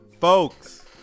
folks